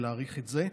ולהעריך את זה.